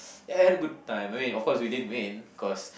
ya had a good time I mean of course we didn't win cause